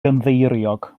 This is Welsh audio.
gynddeiriog